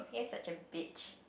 you're such a bitch